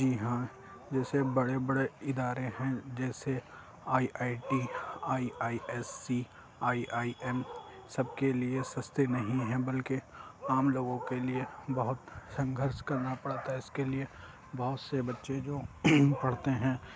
جی ہاں جیسے بڑے بڑے ادارے ہیں جیسے I I T I I S C I I M سب کے لیے سستے نہیں ہیں بلکہ عام لوگوں کے لیے بہت سنگھرش کرنا پڑتا ہے اس کے لیے بہت سے بچے جو پڑھتے ہیں